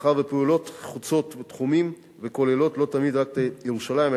מאחר שהפעולות חוצות תחומים וכוללות לא תמיד רק את ירושלים,